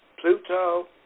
Pluto